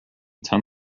tan